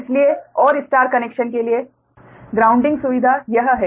इसलिए और star connection के लिए ग्राउंडिंग सुविधा यह है